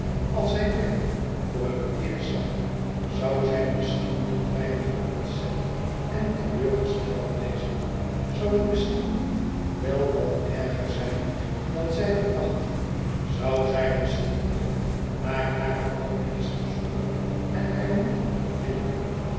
als zij mij voor het eerst zag zou zij misschien niet weinig ontzet en te leur gesteld wezen zou het misschien niet wel wat erger zijn dan zij verwachtte zou zij misschien niet naar hare oude esther zoeken en haar niet vinden